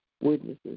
witnesses